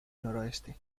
noroeste